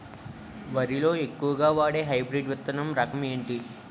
వరి లో ఎక్కువుగా వాడే హైబ్రిడ్ విత్తన రకం ఏంటి?